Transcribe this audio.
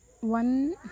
one